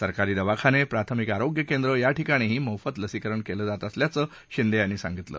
सरकारी दवाखाने प्राथमिक आरोग्य केंद्र याठिकाणीही मोफत लसीकरण केलं जात असल्याचं शिंदे यांनी सांगितलं